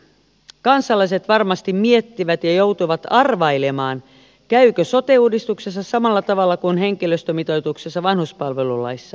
kansalaiset varmasti miettivät ja joutuvat arvailemaan käykö sote uudistuksessa samalla tavalla kuin henkilöstömitoituksessa vanhuspalvelulaissa